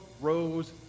rose